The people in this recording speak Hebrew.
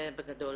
זה בגדול.